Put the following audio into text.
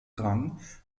rang